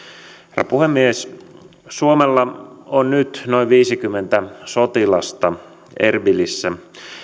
herra puhemies suomella on nyt noin viisikymmentä sotilasta erbilissä